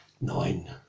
Nine